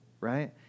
right